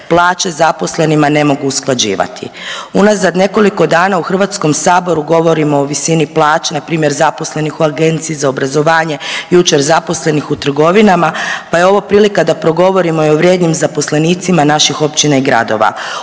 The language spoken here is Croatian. plaće zaposlenima ne mogu usklađivati. Unazad nekoliko dana u Hrvatskom saboru govorimo o visini plaće npr. zaposlenih u Agenciji za obrazovanje, jučer zaposlenih u trgovinama, pa je ovo prilika da progovorimo i o vrijednim zaposlenicima naših općina i gradova.